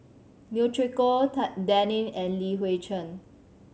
Neo Chwee Kok Dan Ying and Li Hui Cheng